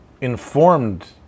informed